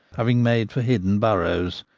having made for hidden burrows.